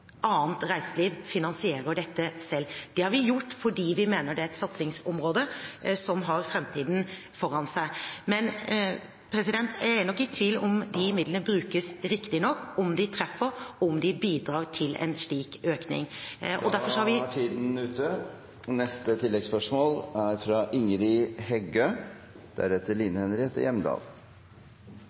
annet næringsliv finansierer selv. Det har vi gjort fordi vi mener at det er et satsingsområde som har framtiden foran seg. Men jeg er nok i tvil om de midlene brukes riktig nok, om de treffer, og om de bidrar til en slik økning. Derfor har vi … Da er tiden ute.